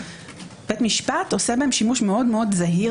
בית משפט עושה בהם שימוש מאוד זהיר,